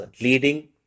leading